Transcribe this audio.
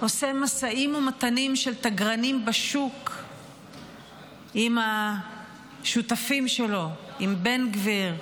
עושה משאים ומתנים של תגרנים בשוק עם שותפים שלו: עם בן גביר,